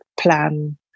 plan